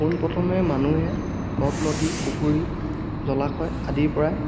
পোনপ্ৰথমে মানুহে নদ নদী পুখুৰী জলাশয় আদিৰপৰা